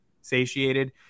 satiated